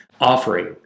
offering